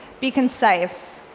be concise.